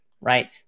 right